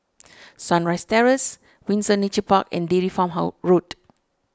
Sunrise Terrace Windsor Nature Park and Dairy Farm How Road